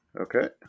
okay